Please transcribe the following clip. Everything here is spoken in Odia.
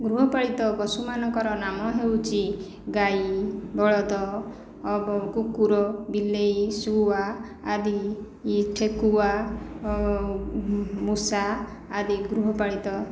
ଗୃହ ପାଳିତ ପଶୁ ମାନଙ୍କର ନାମ ହେଉଛି ଗାଈ ବଳଦ କୁକୁର ବିଲେଇ ଶୁଆ ଆଦି ଠେକୁଆ ମୂଷା ଆଦି ଗୃହ ପାଳିତ